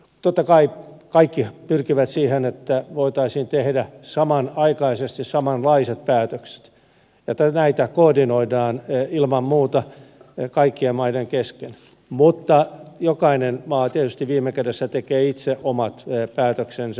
totta kai kaikki pyrkivät siihen että voitaisiin tehdä samanaikaisesti samanlaiset päätökset ja näitä koordinoidaan ilman muuta kaikkien maiden kesken mutta jokainen maa tietysti viime kädessä tekee itse omat päätöksensä